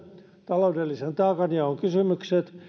taloudellisen taakanjaon kysymykset